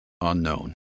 unknown